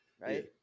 right